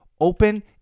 open